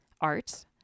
art